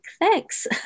thanks